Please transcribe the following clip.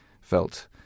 felt